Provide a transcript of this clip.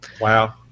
Wow